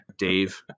Dave